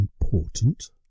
important